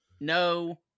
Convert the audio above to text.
No